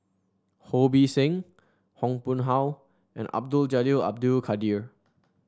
Ho Bee Seng Yong Pung How and Abdul Jalil Abdul Kadir